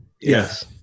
Yes